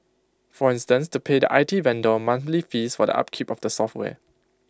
for instance to pay the I T vendor monthly fees for the upkeep of the software